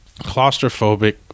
claustrophobic